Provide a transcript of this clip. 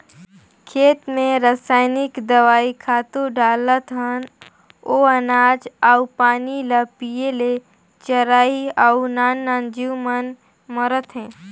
खेत मे रसइनिक दवई, खातू डालत हन ओ अनाज अउ पानी ल पिये ले चरई अउ नान नान जीव मन मरत हे